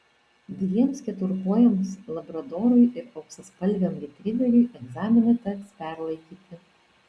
dviems keturkojams labradorui ir auksaspalviam retriveriui egzaminą teks perlaikyti